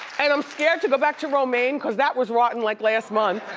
and i'm scared to go back to romaine cause that was rotten like last month.